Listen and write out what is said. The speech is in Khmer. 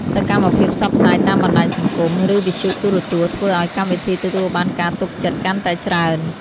សកម្មភាពផ្សព្វផ្សាយតាមបណ្ដាញសង្គម ឬវិទ្យុទូរទស្សន៍ធ្វើឲ្យកម្មវិធីទទួលបានការទុកចិត្តកាន់តែច្រើន។